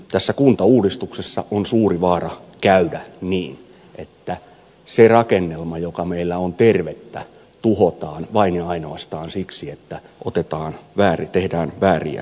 tässä kuntauudistuksessa on suuri vaara käydä niin että se rakennelma joka meillä on terve tuhotaan vain ja ainoastaan siksi että tehdään vääriä siirtoja